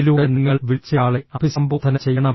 അതിലൂടെ നിങ്ങൾ വിളിച്ചയാളെ അഭിസംബോധന ചെയ്യണം